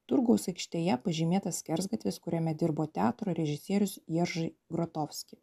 turgaus aikštėje pažymėtas skersgatvis kuriame dirbo teatro režisierius jeržy grotofski